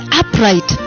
upright